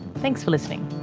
thanks for listening